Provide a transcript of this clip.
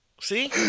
See